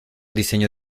diseño